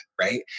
right